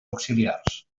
auxiliars